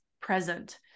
present